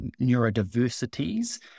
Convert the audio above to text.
neurodiversities